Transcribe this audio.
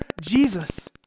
Jesus